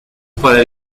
para